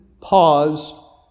pause